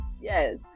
Yes